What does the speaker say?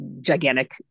gigantic